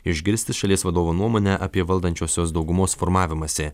išgirsti šalies vadovo nuomonę apie valdančiosios daugumos formavimąsi